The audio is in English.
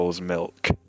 milk